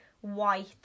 white